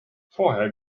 vorher